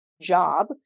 job